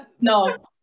no